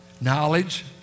Knowledge